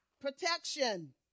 Protection